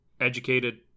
educated